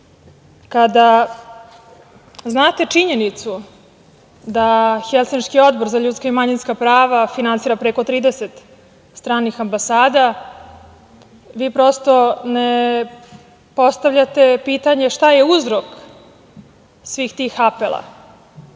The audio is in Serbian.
znate činjenicu da Helsinški odbor za ljudska i manjinska prava finansira preko 30 stranih ambasada, vi prosto ne postavljate pitanje šta je uzrok svih tih apela,